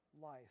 life